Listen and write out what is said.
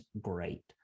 great